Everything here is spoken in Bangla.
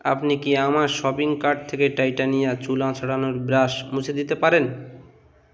আপনি কি আমার শপিং কার্ট থেকে টাইটানিয়া চুলা ছঁড়ানোর ব্রাশ মুছে দিতে পারেন